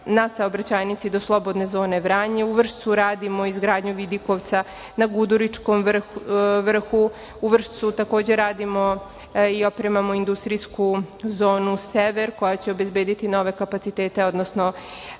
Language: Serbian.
na saobraćajnici do slobodne zone Vranje, u Vršcu radimo izgradnju vidikovca na Guduričkom vrhu, u Vršcu takođe radimo i opremamo industrijsku zonu Sever koja će obezbediti nove kapacitete, odnosno